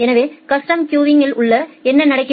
எனவே கஸ்டம் கியூங்யில் யில் என்ன நடக்கும்